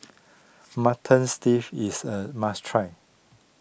Mutton is a must try